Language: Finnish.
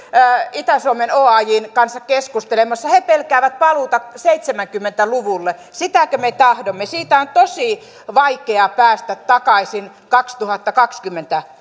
itä suomen oajn kanssa keskustelemassa he pelkäävät paluuta seitsemänkymmentä luvulle sitäkö me tahdomme siitä on tosi vaikea päästä takaisin kaksituhattakaksikymmentä